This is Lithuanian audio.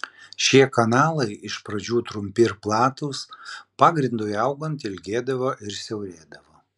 šie kanalai iš pradžių trumpi ir platūs pagrindui augant ilgėdavo ir siaurėdavo